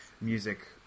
music